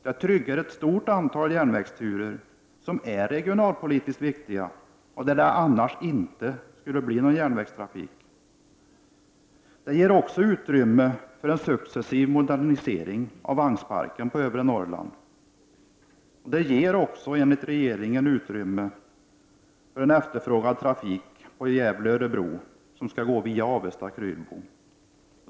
Det tryggar ett stort antal järnvägsturer som är regionalpolitiskt viktiga och där det annars inte skulle bli någon järnvägstrafik. Det ger vidare utrymme för en successiv modernisering av vagnsparken på trafiken till övre Norrland, och det ger enligt regeringen utrymme för trafiken på Gävle-Örebro som skall gå via Avesta—Krylbo.